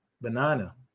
banana